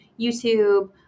youtube